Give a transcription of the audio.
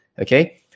okay